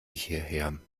hierher